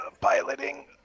Piloting